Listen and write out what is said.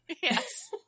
Yes